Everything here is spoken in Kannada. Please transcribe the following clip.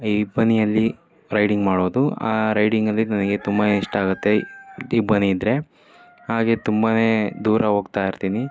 ಈ ಇಬ್ಬನಿಯಲ್ಲಿ ರೈಡಿಂಗ್ ಮಾಡೋದು ಆ ರೈಡಿಂಗಲ್ಲಿ ನನಗೆ ತುಂಬ ಇಷ್ಟ ಆಗುತ್ತೆ ಇಬ್ಬನಿ ಇದ್ದರೆ ಹಾಗೇ ತುಂಬ ದೂರ ಹೋಗ್ತಾ ಇರ್ತೀನಿ